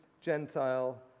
Gentile